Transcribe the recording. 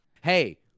Hey